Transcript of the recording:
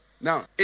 Now